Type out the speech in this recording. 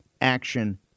action